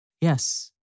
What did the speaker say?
Yes